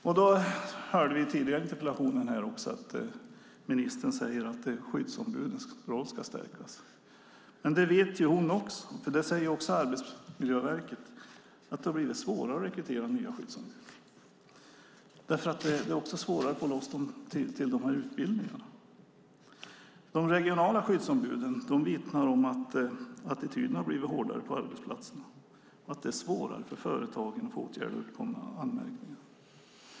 Vi hörde i interpellationssvaret att skyddsombudens roll ska stärkas. Men ministern vet genom Arbetsmiljöverket att det har blivit svårare att rekrytera skyddsombud. Det är också svårare att få loss dem till utbildningarna. De regionala skyddsombuden vittnar om att attityden har blivit hårdare på arbetsplatserna. Det är svårare att få företagen att åtgärda uppkomna anmärkningar.